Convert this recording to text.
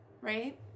Right